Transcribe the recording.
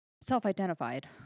self-identified